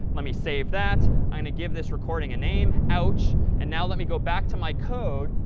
let me save that. i'm going to give this recording a name, ouch, and now let me go back to my code.